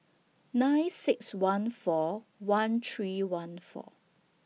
nine six one four one three one four